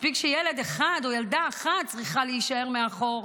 מספיק שילד אחד או ילדה אחת צריכה להישאר מאחור.